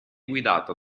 guidata